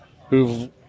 who've